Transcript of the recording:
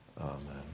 Amen